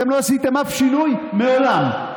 אתם לא עשיתם אף שינוי מעולם.